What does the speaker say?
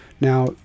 now